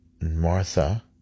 Martha